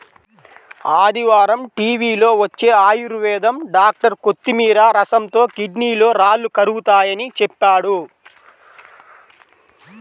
ఆదివారం టీవీలో వచ్చే ఆయుర్వేదం డాక్టర్ కొత్తిమీర రసంతో కిడ్నీలో రాళ్లు కరుగతాయని చెప్పాడు